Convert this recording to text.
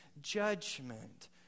judgment